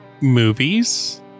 movies